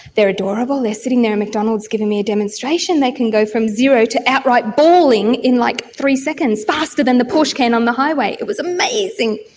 they are adorable, they are sitting there in mcdonald's giving me a demonstration they can go from zero to outright balling in, like, three seconds, faster than the porsche can on the highway, it was amazing.